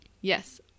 Yes